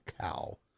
cow